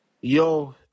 Yo